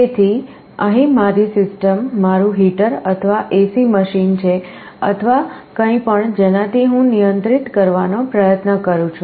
તેથી અહીં મારી સિસ્ટમ મારું હીટર અથવા એસી મશીન છે અથવા કંઇ પણ જેનાથી હું નિયંત્રિત કરવાનો પ્રયત્ન કરું છું